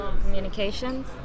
communications